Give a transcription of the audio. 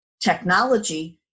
technology